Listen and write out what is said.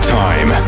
time